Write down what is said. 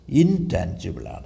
intangible